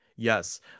Yes